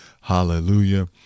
Hallelujah